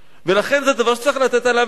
לכן, זה דבר שצריך לתת עליו את הדעת.